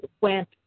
went